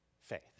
faith